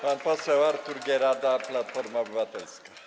Pan poseł Artur Gierada, Platforma Obywatelska.